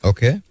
Okay